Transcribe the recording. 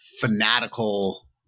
fanatical